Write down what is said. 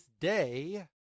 day